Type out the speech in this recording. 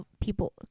people